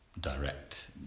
direct